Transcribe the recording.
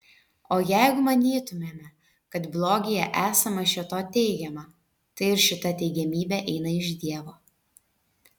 o jeigu manytumėme kad blogyje esama šio to teigiama tai ir šita teigiamybė eina iš dievo